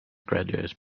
graduates